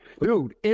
Dude